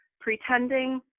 pretending